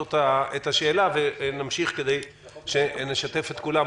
אבוטבול ישאל אותו את השאלה ונמשיך כדי שנשתף את כולם.